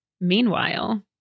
Meanwhile